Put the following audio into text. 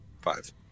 five